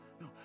No